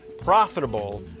profitable